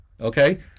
okay